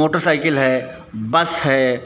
motorcycle है bus है